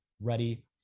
ready